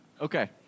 Okay